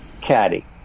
caddy